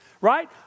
right